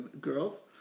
girls